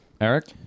Eric